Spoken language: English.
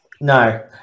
No